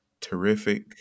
Terrific